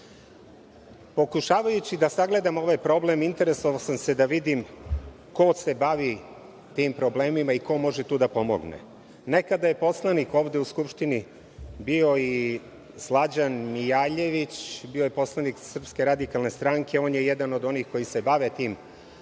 desi. Pokušavajući da sagledam ovaj problem interesovao sam se da vidim ko se bavim tim problemima i ko može tu da pomogne. Nekada je poslanik ovde u Skupštini bio i Slađan Mijaljević, bio je poslanik SRS, on je jedna od onih koji se bave tim problemom,